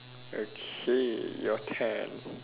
okay your turn